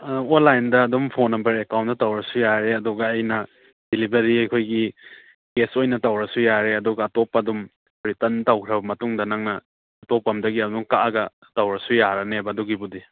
ꯑꯣꯟꯂꯥꯏꯟꯗ ꯑꯗꯨꯝ phone number ꯑꯦꯛꯀꯥꯎꯟꯗ ꯇꯧꯔꯁꯨ ꯌꯥꯔꯦ ꯑꯗꯨꯒ ꯑꯩꯅ ꯗꯤꯂꯤꯕꯔꯤ ꯑꯩꯈꯣꯏꯒꯤ ꯀꯦꯁ ꯑꯣꯏꯅ ꯇꯧꯔꯁꯨ ꯌꯥꯔꯦ ꯑꯗꯨꯒ ꯑꯇꯣꯞꯄ ꯑꯗꯨꯝ ꯔꯤꯇꯔꯟ ꯇꯧꯈ꯭ꯔꯕ ꯃꯇꯨꯡꯗ ꯅꯪꯅ ꯑꯇꯣꯞꯄ ꯑꯃꯗꯒꯤ ꯑꯃꯨꯛ ꯀꯛꯑꯒ ꯇꯧꯔꯒ ꯌꯥꯔꯅꯦꯕ ꯑꯗꯨꯒꯤꯕꯨꯗꯤ